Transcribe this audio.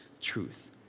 truth